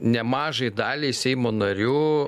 nemažai daliai seimo narių